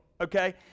okay